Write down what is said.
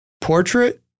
portrait